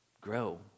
grow